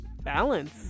balance